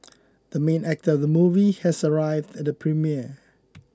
the main actor of the movie has arrived at the premiere